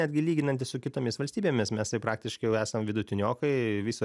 netgi lyginantis su kitomis valstybėmis mes praktiškai jau esam vidutiniokai viso